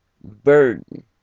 burden